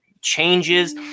changes